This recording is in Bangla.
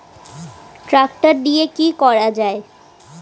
ট্রাক্টর দিয়ে কি করা যায়?